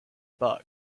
bug